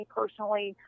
personally